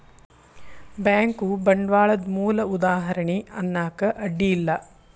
bank ಬಂಡ್ವಾಳದ್ ಮೂಲ ಉದಾಹಾರಣಿ ಅನ್ನಾಕ ಅಡ್ಡಿ ಇಲ್ಲಾ